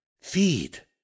Feed